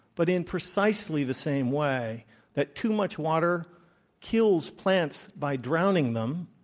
but in precisely the same way that too much water kills plants by drowning them,